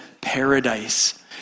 paradise